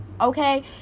okay